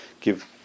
give